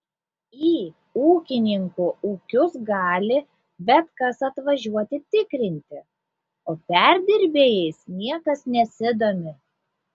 į ūkininkų ūkius gali bet kas atvažiuoti tikrinti o perdirbėjais niekas nesidomi